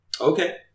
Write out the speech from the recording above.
Okay